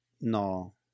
No